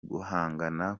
guhangana